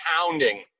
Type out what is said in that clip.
pounding